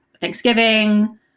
Thanksgiving